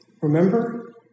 Remember